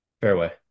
fairway